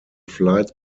flights